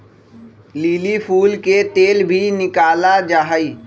lily फूल से तेल भी निकाला जाहई